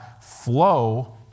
flow